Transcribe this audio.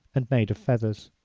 and made of feathers.